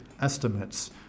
estimates